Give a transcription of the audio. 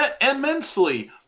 immensely